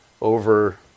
over